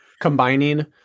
combining